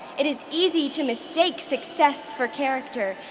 it is easy to mistake success for character.